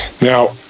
Now